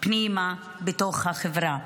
פנימה בתוך החברה.